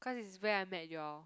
cause is where I met you all